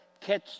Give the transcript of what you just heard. catch